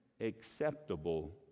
acceptable